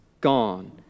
gone